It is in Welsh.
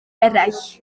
eraill